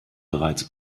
bereits